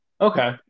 Okay